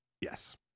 Yes